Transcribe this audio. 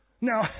Now